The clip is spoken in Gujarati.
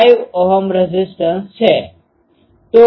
5 Ω રેઝીસ્ટન્સ છે